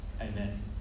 amen